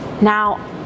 Now